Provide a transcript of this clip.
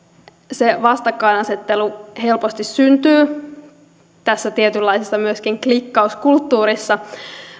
se vastakkainasettelu helposti syntyy tässä tietynlaisessa myöskin klikkauskulttuurissa